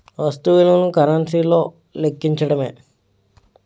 వస్తు విలువను కరెన్సీ తో లెక్కించడమే